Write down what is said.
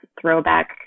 throwback